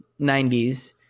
90s